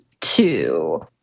two